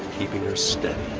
keeping her steady.